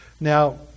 Now